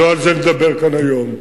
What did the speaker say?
לא על זה נדבר כאן היום.